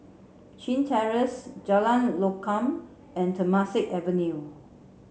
Chin Terrace Jalan Lokam and Temasek Avenue